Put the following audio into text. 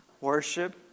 Worship